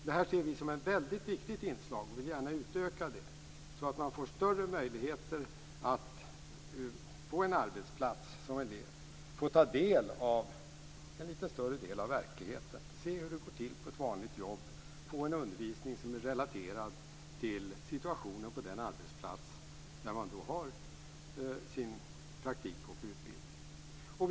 Det här ser vi som ett väldigt viktigt inslag, och vi vill gärna utöka det så att man som elev får större möjligheter att på en arbetsplats ta del av en litet större del av verkligheten. Man får se hur det går till på ett vanligt jobb, man får en undervisning som är relaterad till situationen på den arbetsplats där man har sin praktik och utbildning.